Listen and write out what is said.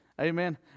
Amen